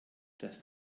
das